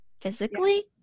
physically